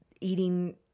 Eating